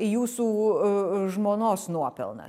jūsų žmonos nuopelnas